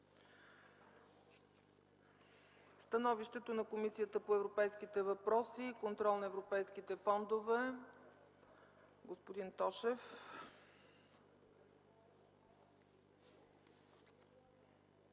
Становището на Комисията по европейските въпроси и контрол на европейските фондове – господин Тошев.